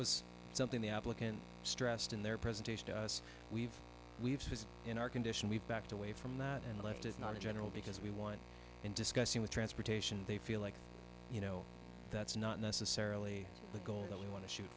was something the applicant stressed in their presentation to us we've we've has in our condition we've backed away from that and left is not a general because we won in discussing with transportation they feel like you know that's not necessarily the goal that we want to shoot